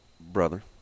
Brother